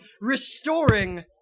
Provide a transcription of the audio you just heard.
restoring